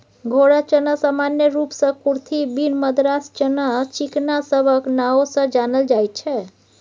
घोड़ा चना सामान्य रूप सँ कुरथी, बीन, मद्रास चना, चिकना सबक नाओ सँ जानल जाइत छै